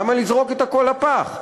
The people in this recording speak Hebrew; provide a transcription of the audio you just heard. למה לזרוק את הכול לפח?